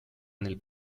nel